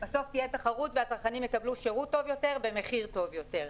בסוף תהיה תחרות והצרכנים יקבלו שירות טוב יותר במחיר טוב יותר.